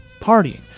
partying